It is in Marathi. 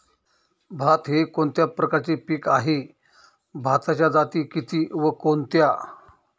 भात हे कोणत्या प्रकारचे पीक आहे? भाताच्या जाती किती व कोणत्या?